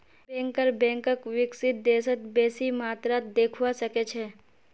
banker बैंकक विकसित देशत बेसी मात्रात देखवा सके छै